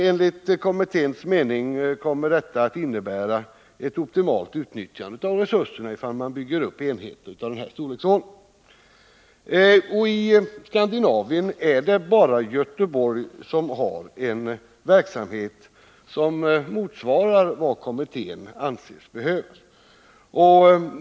Enligt kommitténs mening blir det ett optimalt utnyttjande av resurser ifall man bygger upp enheter av denna storleksordning. I Skandinavien är det bara Göteborg som har en verksamhet som motsvarar vad kommittén anser erforderligt.